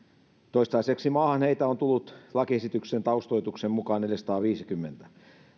toistaiseksi maahan heitä on tullut lakiesityksen taustoituksen mukaan neljäsataaviisikymmentä